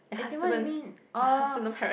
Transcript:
as in what do you mean oh